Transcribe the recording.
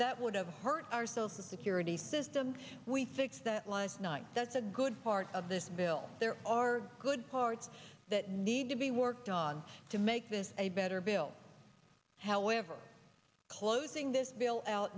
that would have hurt ourselves the security system we fixed that last night that's a good part of this bill there are good parts that need to be worked on to make this a better bill however closing this bill out